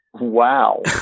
Wow